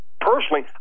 Personally